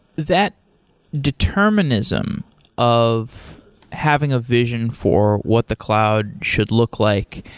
that determinism of having a vision for what the cloud should look like,